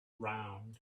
round